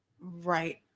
right